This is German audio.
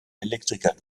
elektriker